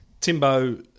Timbo